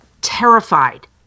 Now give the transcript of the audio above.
terrified